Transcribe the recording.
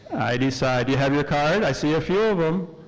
i decide, do you have your card? i see a few of em.